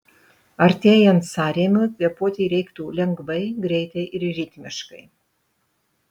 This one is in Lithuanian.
artėjant sąrėmiui kvėpuoti reiktų lengvai greitai ir ritmiškai